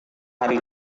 hari